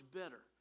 better